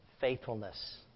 faithfulness